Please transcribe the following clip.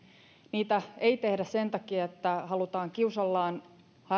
niitä ei tehdä sen takia että halutaan kiusallaan